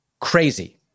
Crazy